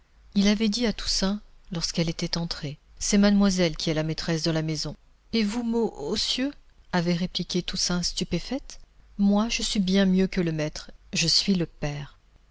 il avait dit à toussaint lorsqu'elle était entrée c'est mademoiselle qui est la maîtresse de la maison et vous mo onsieur avait répliqué toussaint stupéfaite moi je suis bien mieux que le maître je suis le père